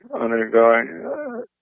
undergoing